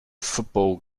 football